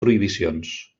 prohibicions